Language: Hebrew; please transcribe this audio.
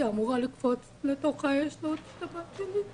אמורה לקפוץ לתוך האש להציל את הבת של,